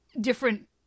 different